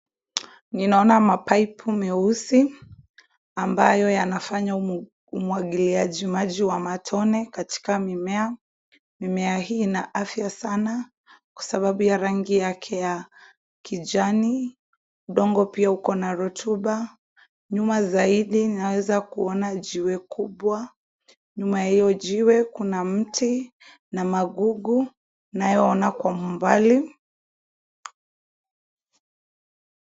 Ninaona mapaipu meupe ambayo yanafanya umwagiliaji maji wa matone katika mimea. Mimea hii ina afya sana kwa sababu ya rangi yake ya kijani. Udongo pia uko na rutuba. Nyuma zaidi ninaweza kuona jiwe kubwa. Nyuma ya hiyo jiwe, kuna mti na magugu nayo ona kwa mbali.